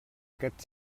aquest